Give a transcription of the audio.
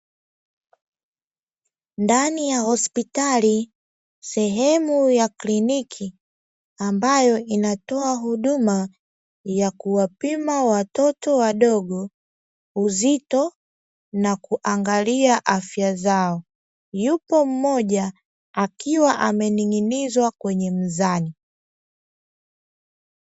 Ndani ya hospitali sehemu ya kliniki, ambayo inatoa huduma ya kuwapima watoto wadogo uzito, na kuangalia afya zao. Yupo mmoja akiwa amening'inizwa kwenye mzani.